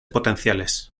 potenciales